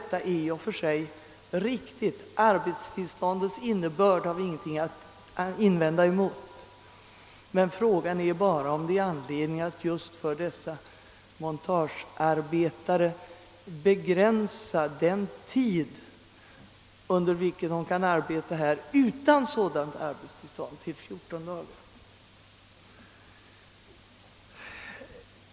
Mot arbetstillståndets innebörd har vi ingenting att invända. Frågan är bara om det finns anledning att just för montagearbetare begränsa den tid, under vilken de kan arbeta här utan arbetstillstånd, till 14 dagar.